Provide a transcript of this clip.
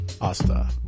Asta